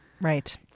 Right